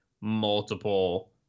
multiple